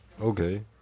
Okay